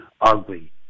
ugly